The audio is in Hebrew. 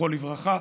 זכרו לברכה,